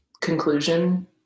conclusion